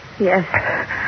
Yes